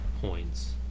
points